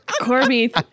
Corby